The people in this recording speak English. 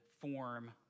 form